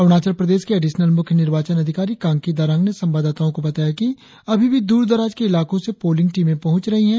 अरुणाचल प्रदेश के एडिशनल मुख्य निर्वाचन अधिकारी कांकी दारांग ने संवादाताओं को बताया कि अभी भी दूर दराज के इलाकों से पोलिंग टीमे पहुंच रही है